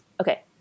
Okay